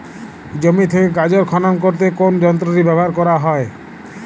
জমি থেকে গাজর খনন করতে কোন যন্ত্রটি ব্যবহার করা হয়?